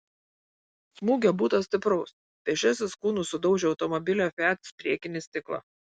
smūgio būta stipraus pėsčiasis kūnu sudaužė automobilio fiat priekinį stiklą